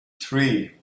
three